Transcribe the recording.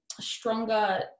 stronger